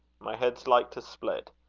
my head's like to split.